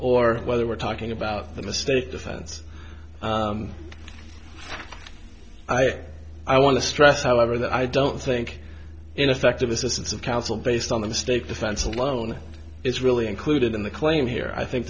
or whether we're talking about the mistake defense i want to stress however that i don't think ineffective assistance of counsel based on the state defense alone is really included in the claim here i think